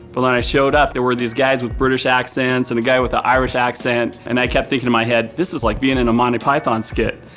but when i showed up, there were these guys with british accents and a guy with a irish accent and i kept thinking in my head, this is like being in a monty python skit.